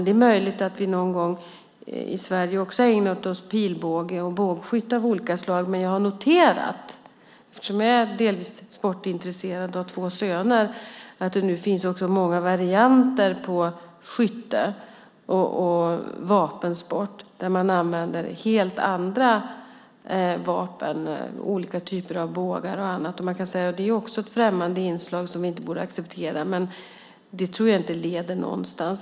Det är möjligt att vi någon gång i Sverige också ägnar oss åt pilbågar och bågskytte av olika slag, men jag har, eftersom jag delvis är sportintresserad och har två söner, noterat att det nu finns många varianter på skytte och vapensport. Man använder helt andra vapen, olika typer av bågar och annat. Det är också ett främmande inslag som vi inte borde acceptera, men detta tror jag inte skulle leda någonstans.